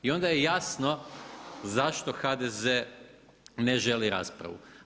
I onda je jasno, zašto HDZ ne želi raspravu.